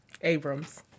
Abrams